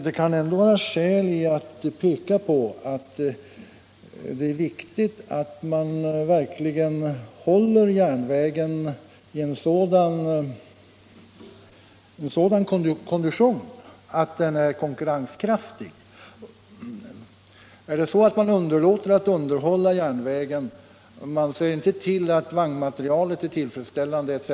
Jag vill ändå peka på, att det är viktigt att hålla järnvägen i sådan kondition att den är konkurrenskraftig. Underlåter man att underhålla järnvägen och inte ser till att vagnmaterialet är tillfredsställande etc.